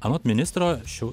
anot ministro šių